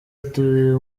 ateruye